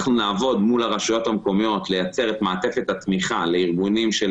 אנחנו נעבוד מול הרשויות המקומיות לייצר את מערכת התמיכה לארגונים של